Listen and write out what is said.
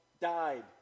died